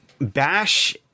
Bash